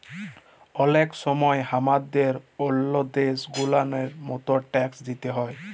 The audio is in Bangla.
অলেক সময় হামাদের ওল্ল দ্যাশ গুলার মত ট্যাক্স দিতে হ্যয়